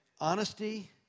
Honesty